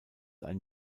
ein